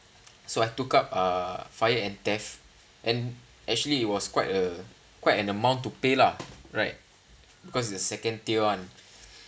so I took up a fire and theft and actually was quite a quite an amount to pay lah right because is a second tier [one]